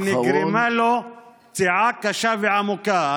ונגרמה לו פציעה קשה ועמוקה.